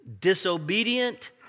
disobedient